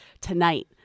Tonight